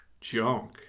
junk